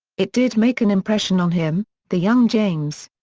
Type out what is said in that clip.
it did make an impression on him the young james.